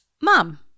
Mom